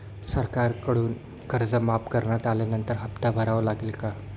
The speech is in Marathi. सरकारकडून कर्ज माफ करण्यात आल्यानंतर हप्ता भरावा लागेल का?